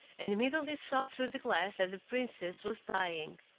and immediately saw through the glass that the princess was dying.